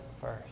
first